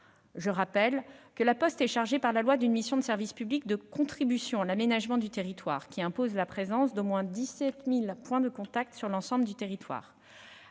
Je rappelle que La Poste est chargée par la loi d'une mission de service public de contribution à l'aménagement du territoire, qui impose la présence d'au moins 17 000 points de contact sur l'ensemble du territoire.